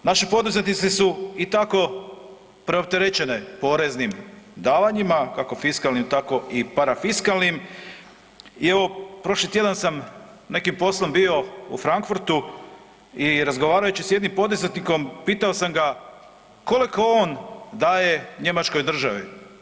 Naši poduzetnici su i tako preopterećene poreznim davanjima, kako fiskalnim, tako i parafiskalnim i evo, prošli tjedan sam neki poslom bio u Frankfurtu i razgovarajući s jednim poduzetnikom, pitao sam ga koliko on daje njemačkoj državi.